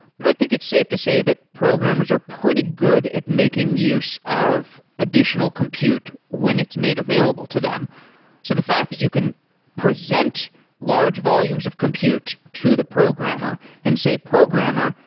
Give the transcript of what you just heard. but i think it's safe to say that programmers are pretty good at making use of additional compute when it's made available to them so the fact that you can present large volumes of compute to the programmer and say, programmer,